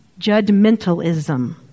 judgmentalism